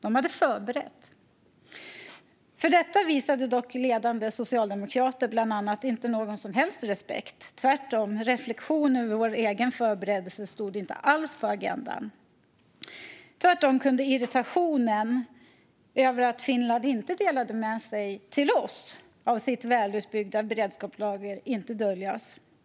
De hade förberett. För detta visade dock bland andra ledande socialdemokrater inte någon som helst respekt. Tvärtom stod reflektion över vår egen förberedelse inte alls på agendan. Tvärtom kunde irritationen över att Finland inte delade med sig till oss av sitt välutbyggda beredskapslager inte döljas.